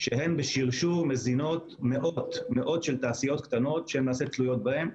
שהן בשרשור מזינות מאות תעשיות קטנות שתלויות בהן.